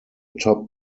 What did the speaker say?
top